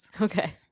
okay